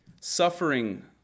Suffering